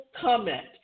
comment